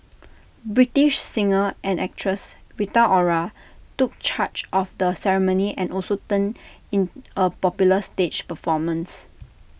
British singer and actress Rita Ora took charge of the ceremony and also turned in A popular stage performance